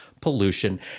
pollution